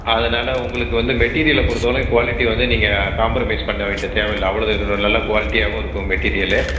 அதனால் உங்களுக்கு வந்து மெட்டீரியலை பொறுத்தவரைக்கும் குவாலிட்டி வந்து நீங்கள் காம்பரமைஸ் பண்ண வேண்டிய தேவை இல்லை அவ்வளது நல்ல குலாலிட்டியாகவும் இருக்கும் மெட்டீரியலு